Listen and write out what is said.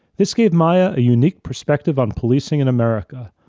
this gave maya a unique perspective on policing in america,